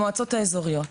המועצות האזוריות,